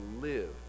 live